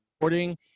recording